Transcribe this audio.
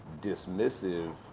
dismissive